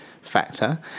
factor